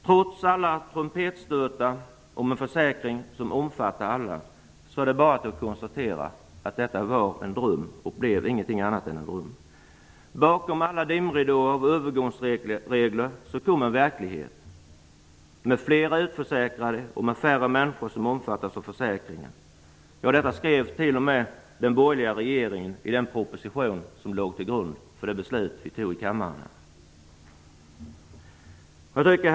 Trots att alla trumpetstötar om en försäkring som omfattar alla är det bara att konstatera att detta var en dröm och inte blev någonting annat än en dröm. Bakom alla dimridåer av övergångsregler kom en verklighet med fler utförsäkrade och med färre människor som omfattades av försäkringen. Detta skrev t.o.m. den borgerliga regeringen i den proposition som låg till grund för det beslut som fattades i kammaren. Herr talman!